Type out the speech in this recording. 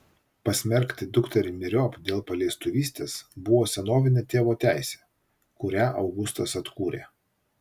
pasmerkti dukterį myriop dėl paleistuvystės buvo senovinė tėvo teisė kurią augustas atkūrė